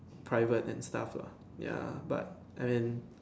private and stuff lah ya but and then